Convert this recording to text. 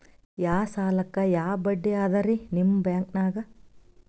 ಯಾ ಸಾಲಕ್ಕ ಯಾ ಬಡ್ಡಿ ಅದರಿ ನಿಮ್ಮ ಬ್ಯಾಂಕನಾಗ?